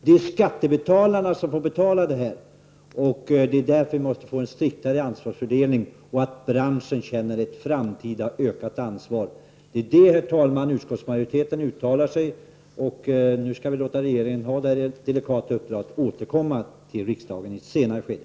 Det är skattebetalarna som får betala, och därför måste vi få en striktare ansvarsfördelning och förmå branschen att i framtiden känna ett ökat ansvar. Det är vad utskottsmajoriteten uttalar, och nu skall vi låta regeringen arbeta med detta delikata uppdrag och sedan återkomma till riksdagen i ett senare skede.